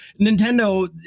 Nintendo